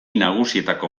nagusietako